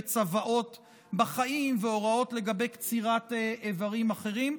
צוואות בחיים והוראות לגבי קצירת איברים אחרים.